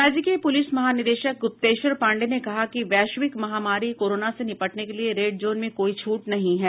राज्य के पुलिस महानिदेशक गुप्तेश्वर पाण्डेय ने कहा है कि वैश्विक महामारी कोरोना से निपटने के लिए रेड जोन में कोई छूट नहीं है